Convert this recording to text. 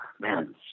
man